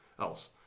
else